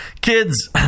kids